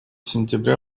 сентября